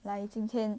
来今天